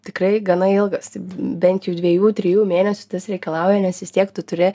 tikrai gana ilgas bent dviejų trijų mėnesių tas reikalauja nes vis tiek tu turi